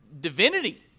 Divinity